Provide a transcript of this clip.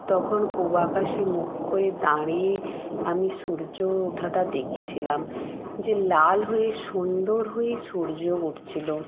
তখন পূবাকাশে মুখ করে দাঁড়িয়ে আমি সূর্য ওঠাটা দেখছিলাম যে লাল হয়ে সুন্দর হয়ে সূর্য উঠছিল